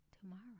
tomorrow